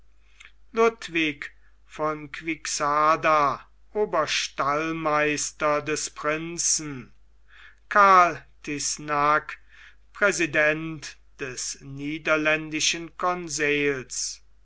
ludwig von quixada oberstallmeister des prinzen karl tyssenacque präsident des niederländischen conseils